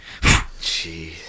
Jeez